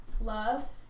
Love